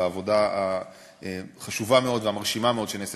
על העבודה החשובה מאוד והמרשימה מאוד שנעשית